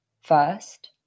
first